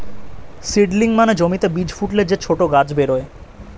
seedling মানে জমিতে বীজ ফুটলে যে ছোট গাছ বেরোয়